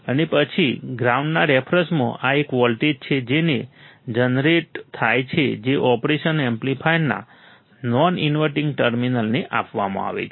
અને પછી ગ્રાઉન્ડના રેફરન્સમાં આ એક વોલ્ટેજ છે જે જનરેટ થાય છે જે ઓપરેશન એમ્પ્લીફાયરના નોન ઈન્વર્ટિંગ ટર્મિનલને આપવામાં આવે છે